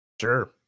Sure